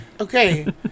Okay